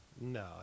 No